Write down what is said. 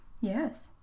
Yes